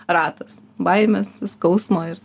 ratas baimės skausmo ir